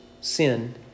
Sin